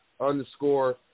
Underscore